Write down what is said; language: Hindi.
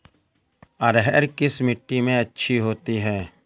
अरहर किस मिट्टी में अच्छी होती है?